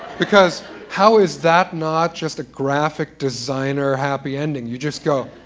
because how is that not just a graphic designer happy ending. you just go.